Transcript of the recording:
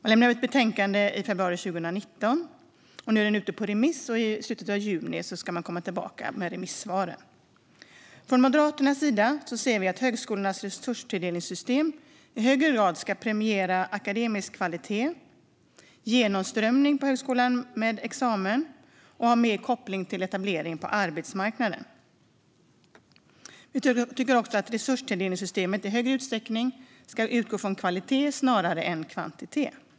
I februari 2019 överlämnades ett betänkande som nu är ute på remiss. I slutet av juni ska man komma tillbaka med remissvaren. Från Moderaternas sida anser vi att högskolornas resurstilldelningssystem i högre grad ska premiera akademisk kvalitet och genomströmning med examen på högskolan och ha med kopplingen till etablering på arbetsmarknaden. Vi tycker också att resurstilldelningssystemet i större utsträckning ska utgå från kvalitet snarare än kvantitet.